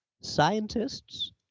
scientists